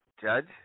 Judge